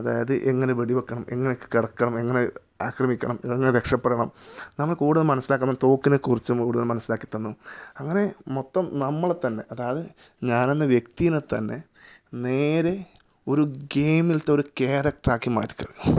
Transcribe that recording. അതായത് എങ്ങനെ വെടി വയ്ക്കണം എങ്ങനെയൊക്കെ കിടക്കണം എങ്ങനെ ആക്രമിക്കണം എങ്ങനെ രക്ഷപ്പെടണം നമ്മൾ കൂടുതൽ മനസ്സിലാകും പിന്നെ തോക്കിനെ കുറിച്ച് കൂടുതൽ മനസ്സിലാക്കി തന്നു അങ്ങനെ മൊത്തം നമ്മളെ തന്നെ അതായത് ഞാൻ എന്ന വ്യക്തിനെ തന്നെ നേരെ ഒരു ഗെയിമിലത്തെ ഒരു ക്യാരക്ടർ ആക്കി മാറ്റി തരും